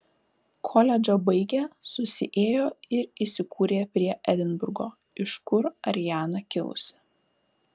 koledžą baigę susiėjo ir įsikūrė prie edinburgo iš kur ariana kilusi